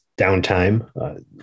downtime